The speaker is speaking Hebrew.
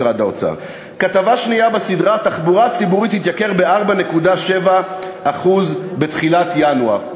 כתבה שנייה בסדרה: "התחבורה הציבורית תתייקר ב-4.7% בתחילת ינואר".